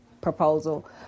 proposal